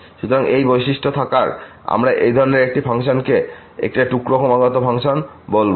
সুতরাং এই বৈশিষ্ট্য থাকার আমরা এই ধরনের একটি ফাংশন একটি টুকরা ক্রমাগত ফাংশন বলবো